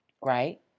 Right